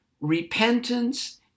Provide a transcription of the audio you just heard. Repentance